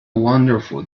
wonderful